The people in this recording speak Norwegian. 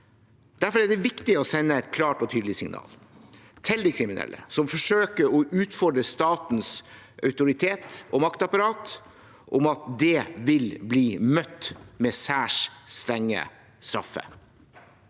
Derfor er det viktig å sende et klart og tydelig signal til de kriminelle, som forsøker å utfordre statens autoritet og maktapparat, om at det vil bli møtt med særs strenge straffer.